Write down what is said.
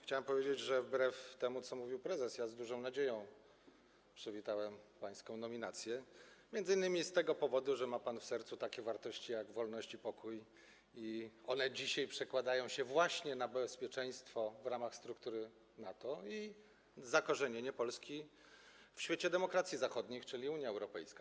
Chciałbym powiedzieć, że wbrew temu, co mówił prezes, ja z dużą nadzieją przywitałem pańską nominację, m.in. z tego powodu, że ma pan w sercu takie wartości jak wolność i pokój i one dzisiaj przekładają się właśnie na bezpieczeństwo w ramach struktury NATO i zakorzenienie Polski w świecie demokracji zachodnich - czyli Unia Europejska.